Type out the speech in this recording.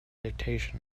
dictation